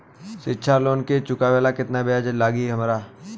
शिक्षा लोन के चुकावेला केतना ब्याज लागि हमरा?